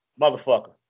motherfucker